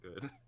good